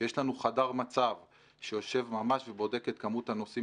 יש לנו חדר מצב שיושב ממש ובודק את כמות הנוסעים